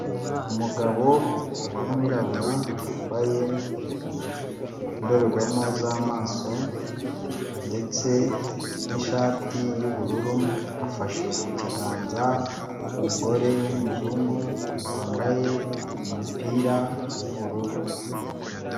Umugabo w' umwirabura wambaye indorerwamo z'amaso ndetse n' ishati y'ubururu afashe mu kiganza umugore w'umuzungu wambaye umupira w'ubururu.